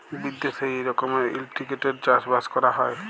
বিদ্যাশে ই রকমের ইলটিগ্রেটেড চাষ বাস ক্যরা হ্যয়